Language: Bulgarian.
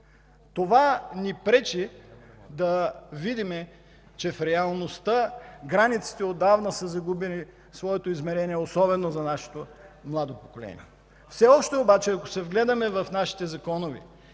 Това ни пречи да видим, че в реалността границите отдавна са загубили своите измерения, особено за нашето младо поколение. Все още обаче, ако се вгледаме в нашите законови